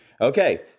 Okay